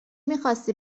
میخواستی